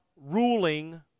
ruling